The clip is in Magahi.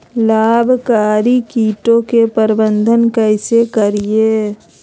लाभकारी कीटों के प्रबंधन कैसे करीये?